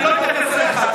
אני לא מתייחס אליך.